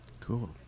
cool